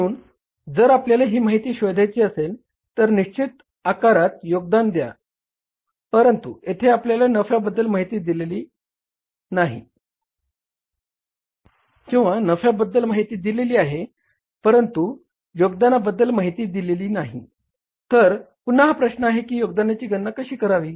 म्हणून जर आपल्याला ही माहिती शोधायची असेल तर निश्चित आकारात योगदान द्या परंतु येथे आपल्याला नफ्याबद्दल माहिती दिली गेली आहे परंतु योगदानाबद्दल माहिती दिली गेली नाही तर पुन्हा हा प्रश्न आहे की योगदानाची गणना कशी करावी